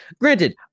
Granted